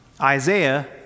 Isaiah